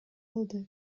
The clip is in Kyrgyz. алды